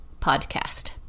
podcast